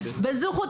לראש.